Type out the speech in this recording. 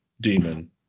demon